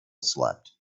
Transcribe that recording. slept